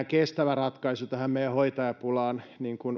kestävä ratkaisu tähän meidän hoitajapulaan